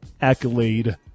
accolade